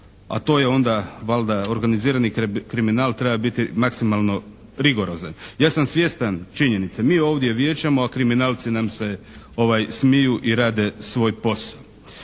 a to je onda valjda organizirani kriminal treba biti maksimalno rigorozan. Ja sam svjestan činjenice, mi ovdje vijećamo, a kriminalci nam se smiju i rade svoj posao.